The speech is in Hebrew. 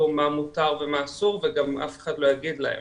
מה מותר ומה אסור וגם אף אחד לא יגיד להם